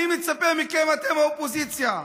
אני מצפה מכם, אתם באופוזיציה: